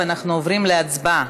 אנחנו עוברים להצבעה.